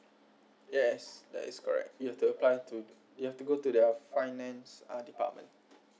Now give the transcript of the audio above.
yes that is correct you have to apply to you have to go to their finance uh department